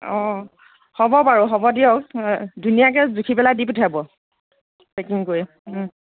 অঁ হ'ব বাৰু হ'ব দিয়ক ধুনীয়াকৈ জুখি পেলাই দি পঠিয়াব পেকিং কৰি